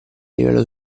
livello